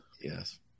Yes